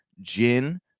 gin